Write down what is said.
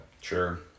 Sure